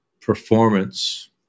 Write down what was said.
performance